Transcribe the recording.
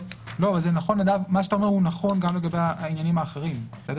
לא רק לגבי המועד.